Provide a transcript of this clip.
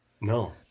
No